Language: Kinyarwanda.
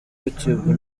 youtube